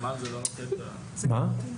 לגבי